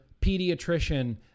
pediatrician